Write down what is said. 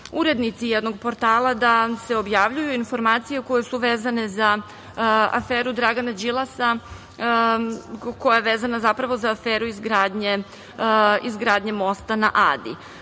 urednici jednog portala da se objavljuju informacije koje su vezane za aferu Dragana Đilasa koja je vezana zapravo za aferu izgradnje Mosta na Adi.